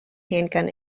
handgun